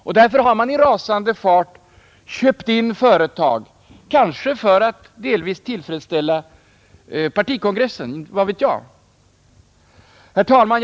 Och därför har man i rasande fart köpt in företag, kanske delvis för att tillfredsställa partikongressen — vad vet jag? Herr talman!